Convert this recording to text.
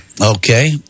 Okay